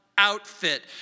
Outfit